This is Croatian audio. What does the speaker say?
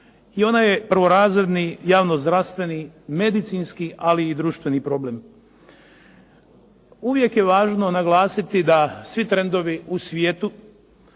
i ona je prvorazredni javnozdravstveni, medicinski, ali i društveni problem. Uvijek je važno naglasiti da svi trendovi u svijetu